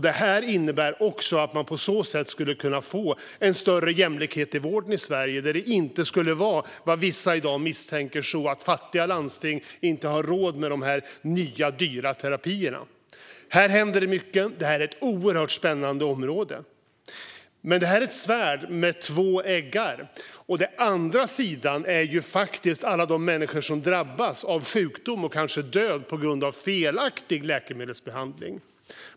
Det innebär också att man på så sätt skulle kunna få en större jämlikhet i vården i Sverige, där det inte skulle vara som vissa i dag misstänker: att fattiga landsting inte har råd med de nya, dyra terapierna. Här händer det mycket, och det är ett oerhört spännande område. Men det är ett svärd med två eggar. Den andra sidan är alla de människor som drabbas av sjukdom och kanske död på grund av felaktig läkemedelsbehandling.